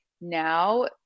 now